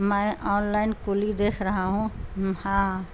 میں online کلی دیکھ رہا ہوں ہاں